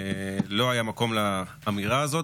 מהמהפכה, מהאופורטוניזם הנורא הזה.